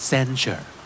Censure